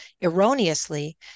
erroneously